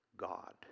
God